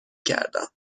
کردم